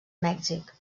mèxic